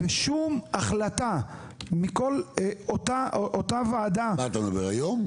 ושום החלטה מכל אותה ועדה --- אתה מדבר על היום?